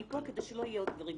אני פה כדי שלא יהיו עוד דברים כאלה.